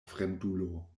fremdulo